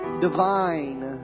Divine